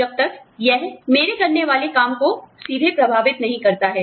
जब तक यह मेरे करने वाले काम को सीधे प्रभावित नहीं करता है